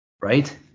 right